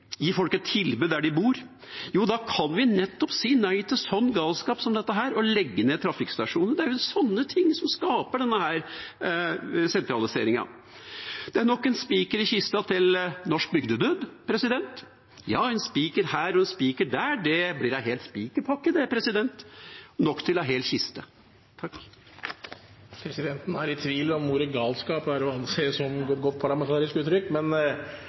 sånn galskap som det er å legge ned trafikkstasjoner. Det er sånne ting som skaper denne sentraliseringen. Det er nok en spiker i kista til norsk bygdedød. En spiker her og en spiker der blir en hel spikerpakke, nok til en hel kiste. Presidenten er i tvil om ordet «galskap» er å anse som et godt parlamentarisk uttrykk, men